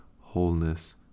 wholeness